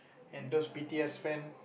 and those B_T_S fan